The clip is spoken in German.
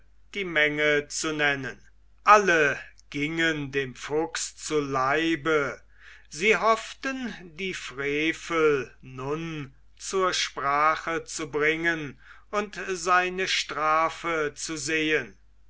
die menge zu nennen alle gingen dem fuchs zu leibe sie hofften die frevel nun zur sprache zu bringen und seine strafe zu sehen